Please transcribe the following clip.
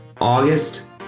August